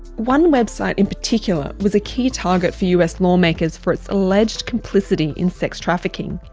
one website in particular was a key target for us lawmakers for its alleged complicity in sex trafficking.